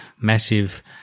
massive